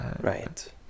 right